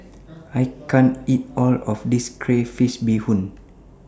I can't eat All of This Crayfish Beehoon